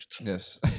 yes